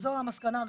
וזו המסקנה הראשונה.